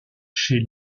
chez